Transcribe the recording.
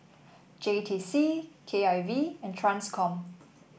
J T C K I V and Transcom